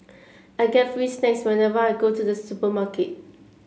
I get free snacks whenever I go to the supermarket